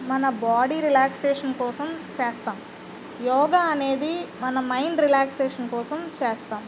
మన body relaxation కోసం చేస్తాం యోగా అనేది మన మైండ్ రిలాక్సేషన్ కోసం చేస్తాం